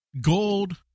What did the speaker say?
gold